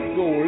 go